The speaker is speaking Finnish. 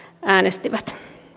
äänestivät